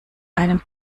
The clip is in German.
einem